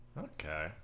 Okay